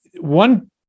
one